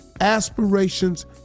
aspirations